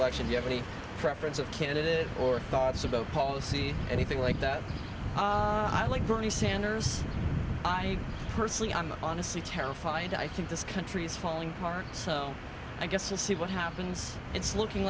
election you have any preference of candidate or thoughts about policy or anything like that i like bernie sanders i personally i'm honestly terrified i think this country is falling apart so i guess we'll see what happens it's looking